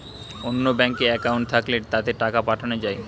অন্য ব্যাঙ্কে অ্যাকাউন্ট থাকলে তাতে টাকা পাঠানো যায়